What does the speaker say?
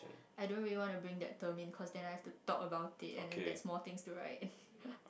I don't really wanna bring that term in cause then I have to talk about it and then there's more thing to write